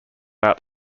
out